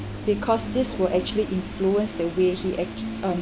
because this will actually influence the way he act~ um